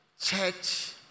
church